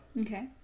Okay